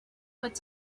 what